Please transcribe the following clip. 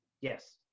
Yes